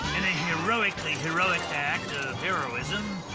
heroically heroic act of heroism,